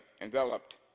enveloped